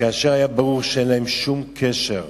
כאשר היה ברור שאין להם שום קשר לכך.